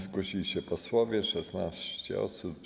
Zgłosili się posłowie, 16 osób.